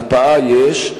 הקפאה יש,